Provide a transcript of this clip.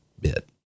bit